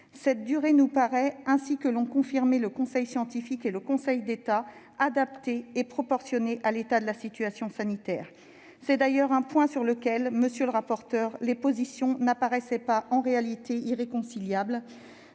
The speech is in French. Cette durée nous paraît, ainsi que l'ont confirmé le conseil scientifique et le Conseil d'État, adaptée et proportionnée à l'état de la situation sanitaire. C'est d'ailleurs un point sur lequel, monsieur le rapporteur, les positions n'apparaissaient pas, en réalité, irréconciliables.